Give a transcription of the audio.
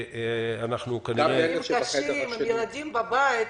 הם נרגשים, עם ילדים בבית.